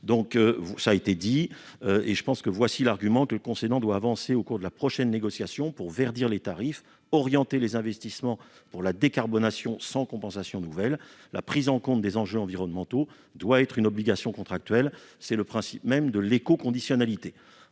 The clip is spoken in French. d'euros d'ici à 2036. Voilà l'argument que le concédant doit avancer au cours de la prochaine négociation pour « verdir » les tarifs et orienter les investissements vers la décarbonation sans compensation nouvelle. La prise en compte des enjeux environnementaux doit être une obligation contractuelle. C'est le principe même de l'écoconditionnalité.